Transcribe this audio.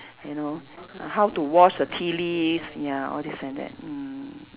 you know how to wash the tea leaves ya all this and that mm